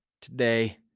today